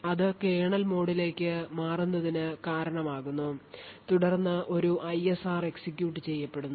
ഇത് കേർണൽ മോഡിലേക്ക് മാറുന്നതിന് കാരണമാകുന്നുതുടർന്ന് ഒരു ISR എക്സിക്യൂട്ട് ചെയ്യപ്പെടുന്നു